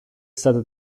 stata